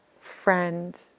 friend